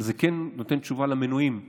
אבל זה כן נותן תשובה למנועים הכלכליים.